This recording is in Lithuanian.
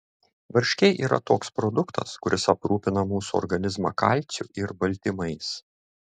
varškė yra toks produktas kuris aprūpina mūsų organizmą kalciu ir baltymais